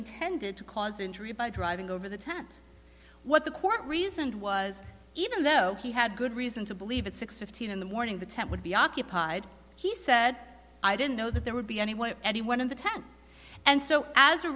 intended to cause injury by driving over the tent what the court reasoned was even though he had good reason to believe at six fifteen in the morning the tent would be occupied he said i didn't know that there would be any way anyone in the tent and so as a